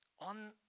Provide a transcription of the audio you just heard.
on